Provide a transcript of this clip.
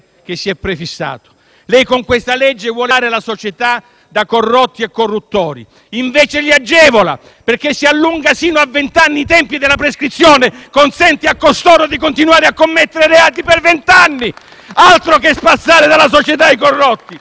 lei con questa legge vuole spazzare la società da corrotti e corruttori e invece li agevola, perché se allunga fino a vent'anni i tempi della prescrizione, consente a costoro di continuare a commettere reati per vent'anni, altro che spazzare via dalla società i corrotti!